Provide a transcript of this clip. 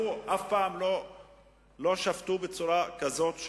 אף פעם לא שבתו בצורה כזאת,